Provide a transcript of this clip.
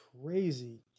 crazy